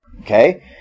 Okay